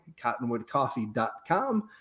cottonwoodcoffee.com